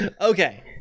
okay